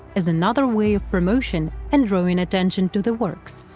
as another way of promotion and drawing attention to the works.